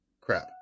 Crap